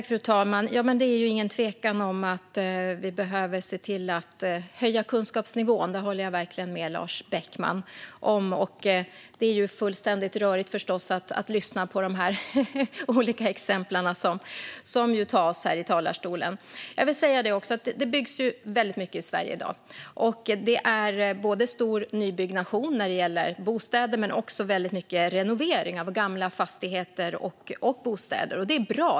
Fru talman! Det är ingen tvekan om att vi behöver höja kunskapsnivån. Där håller jag verkligen med Lars Beckman. Det är ju fullständigt rörigt i de exempel som han ger här i talarstolen. Det byggs ju väldigt mycket i Sverige. Det är både stor nybyggnation av bostäder och mycket renovering av gamla fastigheter och bostäder. Det är bra.